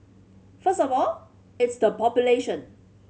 first of all it's the population